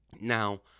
Now